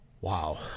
Wow